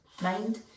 mind